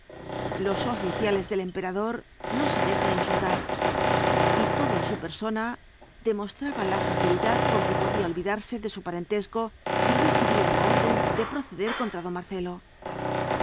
los oficiales del emperador no se dejan insultar y todo en su persona demostraba la facilidad con que podía olvidarse de su parentesco si recibía la orden de proceder contra don marcelo